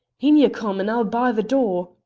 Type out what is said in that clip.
in ye come, and i'll bar the door.